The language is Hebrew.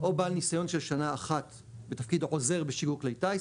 או בעל ניסיון של שנה אחת בתפקיד עוזר --- כלי טיס,